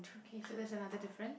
okay so that's another difference